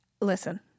Listen